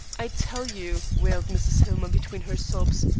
i tell you, wailed mrs. hillmer between her sobs,